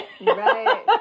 Right